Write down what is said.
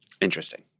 Interesting